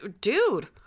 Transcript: Dude